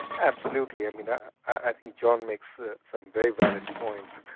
absolutely. i mean i i john makes some very valid points.